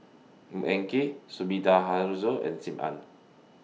Ng Eng Kee Sumida Haruzo and SIM Ann